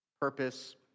purpose